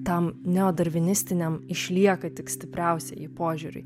tam neva darvinistiniam išlieka tik stipriausieji požiūriui